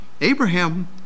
Abraham